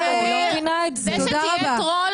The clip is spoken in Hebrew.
זה איך את השכבה למטה,